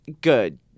good